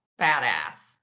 badass